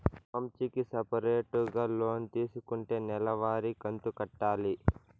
మంచికి సపరేటుగా లోన్ తీసుకుంటే నెల వారి కంతు కట్టాలి